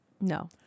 No